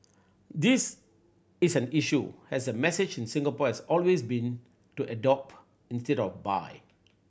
this is an issue as the message in Singapore has always been to adopt instead of buy